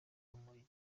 muri